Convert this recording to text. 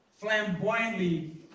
flamboyantly